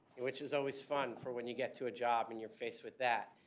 which is always fun for when you get to a job and you're faced with that.